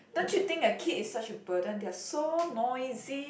don't you think a kid is such a burden they are so noisy